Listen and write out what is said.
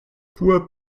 poids